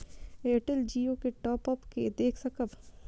Airtel Jio के top up के देख सकब?